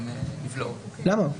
למה?